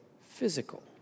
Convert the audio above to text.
physical